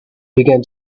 began